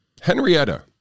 Henrietta